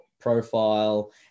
profile